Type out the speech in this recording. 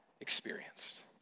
experienced